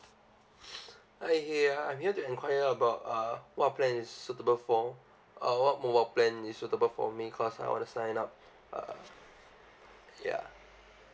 hi !hey! uh I'm here to inquire about uh what plan is suitable for uh what mobile plan is suitable for me cause I wanna sign up uh ya